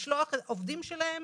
לשלוח עובדים שלהם